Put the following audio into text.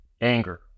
Anger